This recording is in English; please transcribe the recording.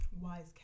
wise